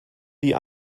die